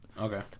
Okay